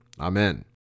amen